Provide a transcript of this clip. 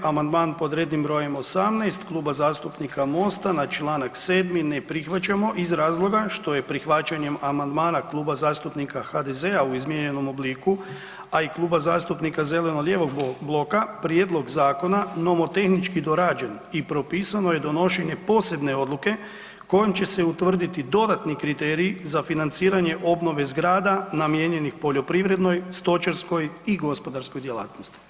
Amandman pod rednim brojem 18 Kluba zastupnika Mosta na čl. 7. ne prihvaćamo iz razloga što je prihvaćanjem amandmana Kluba zastupnika HDZ-a u izmijenjenom obliku a i Kluba zastupnika zeleno-lijevog bloka prijedlog zakona novotehnički dorađen i propisano je donošenje posebne odluke kojom će se utvrditi dodatni kriteriji za financiranje obnove zgrada namijenjenih poljoprivrednoj, stočarskoj i gospodarskoj djelatnosti.